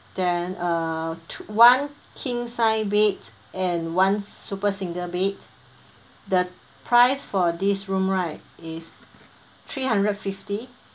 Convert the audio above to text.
then uh one king size bed and one super single bed the price for this room right is three hundred fifty